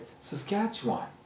Saskatchewan